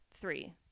three